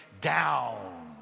down